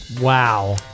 Wow